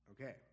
Okay